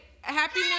Happy